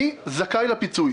אני זכאי לפיצוי,